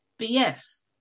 BS